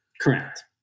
Correct